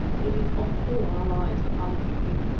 it is of all our lives that i'm thinking.